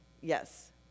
yes